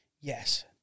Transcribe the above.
Yes